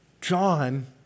John